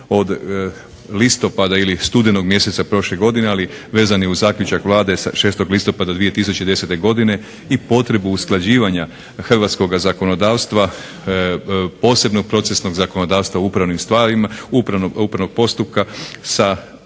od listopada ili studenog mjeseca prošle godine, ali vezan je uz zaključak Vlade sa 6. listopada 2010. godine, i potrebu usklađivanja hrvatskoga zakonodavstva posebno procesnog zakonodavstva u upravnim stvarima, upravnog postupka sa